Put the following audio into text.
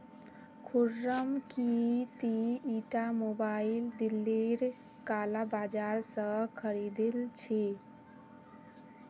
खुर्रम की ती ईटा मोबाइल दिल्लीर काला बाजार स खरीदिल छि